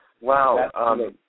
wow